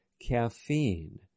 caffeine